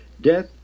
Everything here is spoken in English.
death